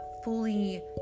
fully